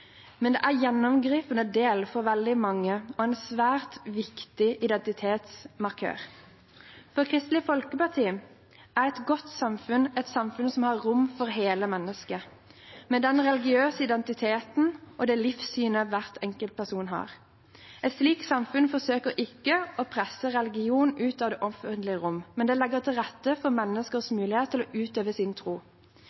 det er en gjennomgripende del for veldig mange og en svært viktig identitetsmarkør. For Kristelig Folkeparti er et godt samfunn et samfunn som har rom for hele mennesket med den religiøse identiteten og det livssynet hver enkelt person har. Et slikt samfunn forsøker ikke å presse religion ut av det offentlige rom, men legger til rette for menneskers